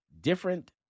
different